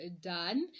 done